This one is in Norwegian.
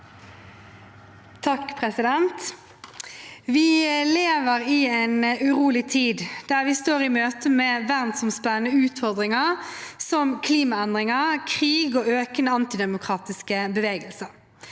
Vi lever i en urolig tid, der vi står i møte med verdensomspennende utfordringer som klimaendringer, krig og økende antidemokratiske bevegelser.